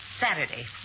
Saturday